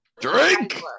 Drink